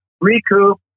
recoup